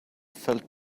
felt